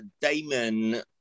Damon